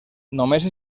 només